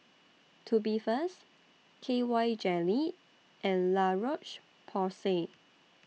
Tubifast K Y Jelly and La Roche Porsay